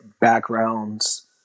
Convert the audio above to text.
backgrounds